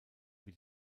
wie